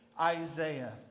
Isaiah